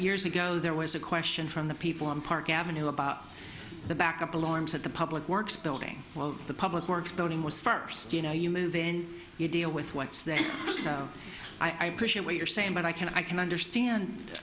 years ago there was a question from the people on park avenue about the backup alarms that the public works building well the public works building was first you know you move then you deal with what's there i appreciate what you're saying but i can i can understand